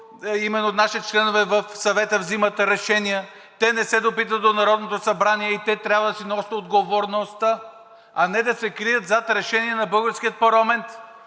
именно наши членове в Съвета взимат решения, те не се допитват до Народното събрание и те трябва да си носят отговорността, а не да се крият зад решения на българския парламент.